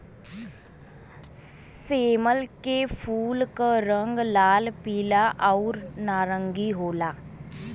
सेमल के फूल क रंग लाल, पीला आउर नारंगी होला